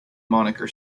moniker